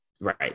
Right